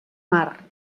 mar